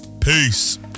Peace